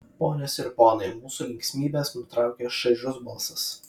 ponios ir ponai mūsų linksmybes nutraukia šaižus balsas